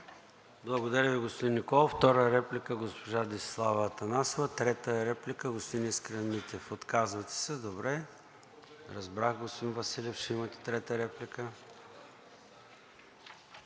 Благодаря Ви, господин Николов. Втора реплика, госпожа Десислава Атанасова. Трета реплика, господин Искрен Митев. Отказвате се, добре. Разбрах, господин Василев, ще имате трета реплика.